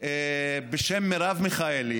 בשם מרב מיכאלי,